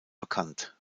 bekannt